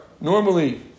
Normally